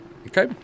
Okay